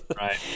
Right